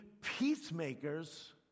peacemakers